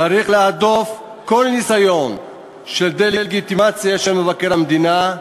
צריך להדוף כל ניסיון של דה-לגיטימציה של מבקר המדינה.